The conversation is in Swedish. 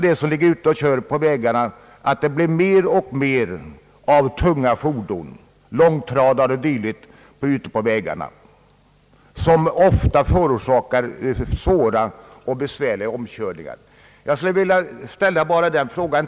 De som färdas på vägarna vet också att de tunga fordonen blir fler och fler, vilket medför att också de besvärliga omkörningarna blir allt flera.